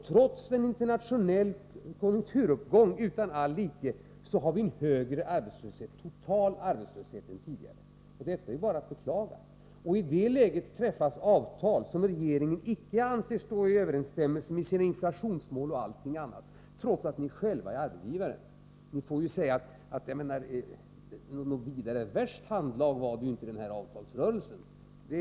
Trots en internationell konjunkturuppgång utan all like har vi en högre total arbetslöshet än tidigare. Detta är ju bara att beklaga. I det läget träffas avtal som regeringen icke anser stå i överensstämmelse med regeringens inflationsmål, trots att regeringen själv är arbetsgivare. Något vidare handlag var det ju inte i den här avtalsrörelsen!